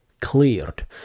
cleared